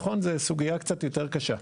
נכון, זו סוגיה קצת יותר קשה.